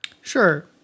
Sure